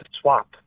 swap